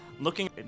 looking